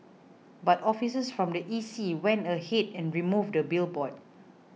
but officers from the E C went ahead and removed the billboard